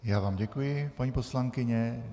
Já vám děkuji, paní poslankyně.